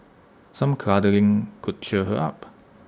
some cuddling could cheer her up